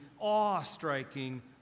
awe-striking